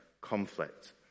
conflict